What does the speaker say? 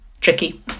tricky